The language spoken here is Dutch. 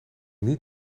niet